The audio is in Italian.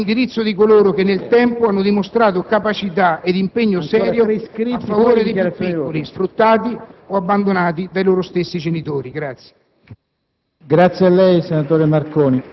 Possiamo fare molto di più all'indirizzo di coloro che nel tempo hanno dimostrato capacità ed impegno serio a favore dei più piccoli, sfruttati o abbandonati dai loro stessi genitori*.